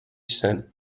zen